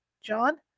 John